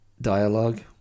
dialogue